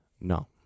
no